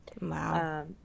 Wow